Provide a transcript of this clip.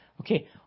Okay